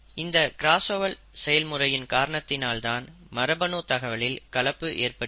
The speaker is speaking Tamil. இந்த கிராஸ்ஓவர் செயல்முறையின் காரணத்தினால்தான் மரபணு தகவலில் கலப்பு ஏற்படுகிறது